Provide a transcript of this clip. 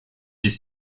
des